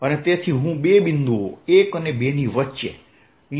અને તેથી હું બે બિંદુઓ 1 અને 2 ની વચ્ચે 12E